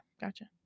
Gotcha